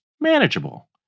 Manageable